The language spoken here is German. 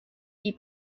die